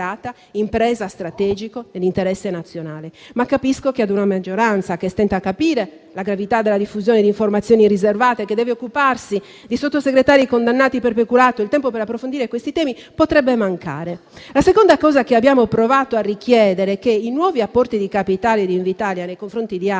La seconda cosa che abbiamo provato a richiedere è che i nuovi apporti di capitale di Invitalia nei confronti di Acciaierie